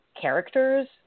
characters